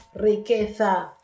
riqueza